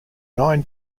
nine